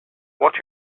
are